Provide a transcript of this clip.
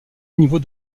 niveau